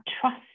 trust